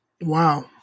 Wow